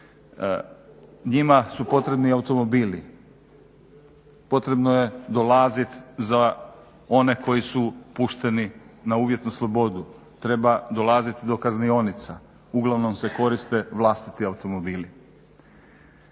njima su potrebni automobili, potrebno je dolaziti za one koji su pušteni na uvjetnu slobodu, treba dolaziti do kaznionica, uglavnom se koriste vlastiti automobili.